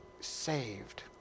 saved